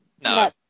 No